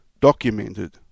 documented